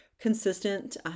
consistent